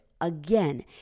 Again